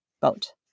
boat